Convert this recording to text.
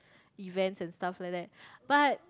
events and stuff like that but